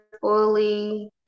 fully